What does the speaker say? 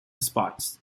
spots